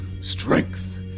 strength